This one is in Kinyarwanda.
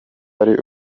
ari